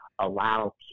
allow